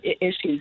issues